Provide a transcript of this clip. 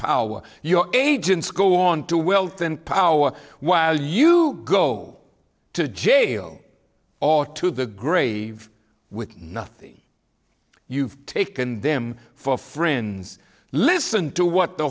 power your agents go on to wealth and power while you go to jail or to the grave with nothing you've taken them for friends listen to what the